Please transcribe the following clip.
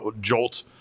jolt